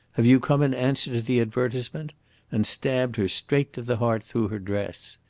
have you come in answer to the advertisement and stabbed her straight to the heart through her dress.